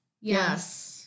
Yes